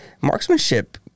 Marksmanship